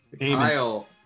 Kyle